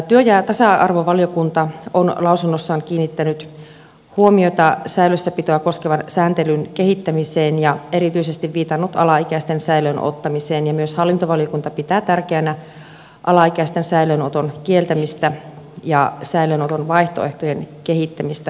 työ ja tasa arvovaliokunta on lausunnossaan kiinnittänyt huomiota säilössäpitoa koskevan sääntelyn kehittämiseen ja erityisesti viitannut alaikäisten säilöön ottamiseen ja myös hallintovaliokunta pitää tärkeänä alaikäisten säilöönoton kieltämistä ja säilöönoton vaihtoehtojen kehittämistä hallitusohjelman mukaisesti